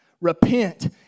Repent